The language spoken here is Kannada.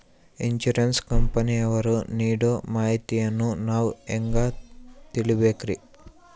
ಇನ್ಸೂರೆನ್ಸ್ ಕಂಪನಿಯವರು ನೀಡೋ ಮಾಹಿತಿಯನ್ನು ನಾವು ಹೆಂಗಾ ತಿಳಿಬೇಕ್ರಿ?